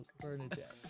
Bernadette